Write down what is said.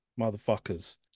motherfuckers